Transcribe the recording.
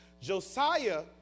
Josiah